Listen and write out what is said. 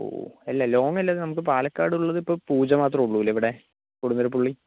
ഓ അല്ല ലോങ്ങ് അല്ല നമുക്ക് പാലക്കാടുള്ളത്തിപ്പോൾ പൂജ മാത്രമേയുള്ളുവല്ലേ ഇവിടെ കൊടുന്നലപ്പുള്ളി